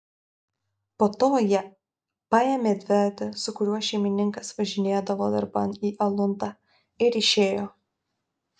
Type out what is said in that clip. po to jie paėmė dviratį su kuriuo šeimininkas važinėdavo darban į aluntą ir išėjo